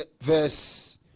verse